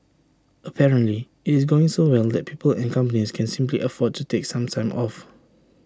apparently IT is going so well that people and companies can simply afford to take some time off